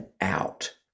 out